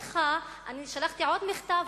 שלחתי עוד מכתב,